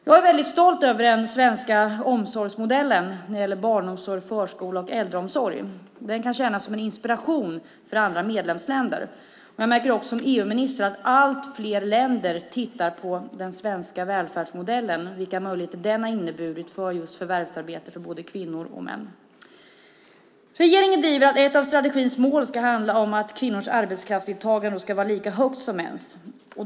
Jag är väldigt stolt över den svenska omsorgsmodellen när det gäller barnomsorg, förskola och äldreomsorg. Den kan tjäna som en inspiration för andra medlemsländer. Jag märker också som EU-minister att allt fler länder tittar på den svenska välfärdsmodellen, vilka möjligheter den har inneburit när det gäller just förvärvsarbete för både kvinnor och män. Regeringen driver att ett av strategins mål ska handla om att kvinnors arbetskraftsdeltagande ska vara lika högt som mäns.